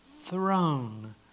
throne